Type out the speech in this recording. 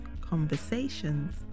conversations